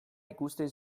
ikusten